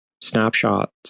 snapshots